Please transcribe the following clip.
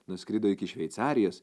nuskrido iki šveicarijos